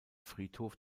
friedhof